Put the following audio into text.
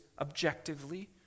objectively